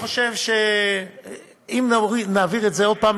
אני חושב שאם נעביר את זה עוד פעם